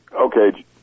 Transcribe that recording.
Okay